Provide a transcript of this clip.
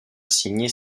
signer